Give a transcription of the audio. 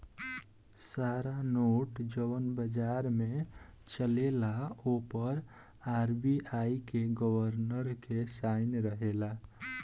सारा नोट जवन बाजार में चलेला ओ पर आर.बी.आई के गवर्नर के साइन रहेला